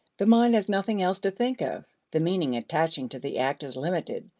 the mind has nothing else to think of the meaning attaching to the act is limited.